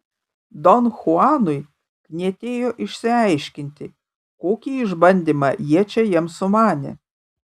don chuanui knietėjo išsiaiškinti kokį išbandymą jie čia jam sumanė